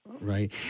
right